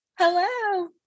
Hello